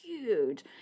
huge